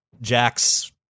Jack's